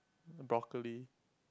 broccoli